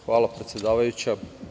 Hvala predsedavajuća.